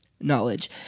knowledge